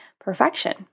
perfection